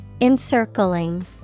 Encircling